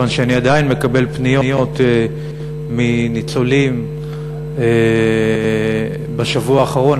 כיוון שאני עדיין מקבל פניות מניצולים בשבוע האחרון,